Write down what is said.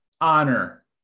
honor